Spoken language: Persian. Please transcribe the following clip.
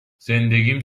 زندگیم